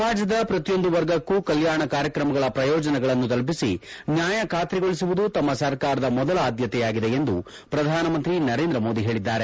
ಸಮಾಜದ ಪ್ರತಿಯೊಂದು ವರ್ಗಕ್ಕೂ ಕಲ್ಯಾಣ ಕಾರ್ಯಕ್ರಮಗಳ ಪ್ರಯೋಜನಗಳನ್ನು ತಲುಪಿಸಿ ನ್ಯಾಯ ಖಾತರಿಗೊಳಿಸುವುದು ತಮ್ಮ ಸರ್ಕಾರದ ಮೊದಲ ಆದ್ಯತೆಯಾಗಿದೆ ಎಂದು ಪ್ರಧಾನಮಂತ್ರಿ ನರೇಂದ್ರ ಮೋದಿ ಹೇಳಿದ್ದಾರೆ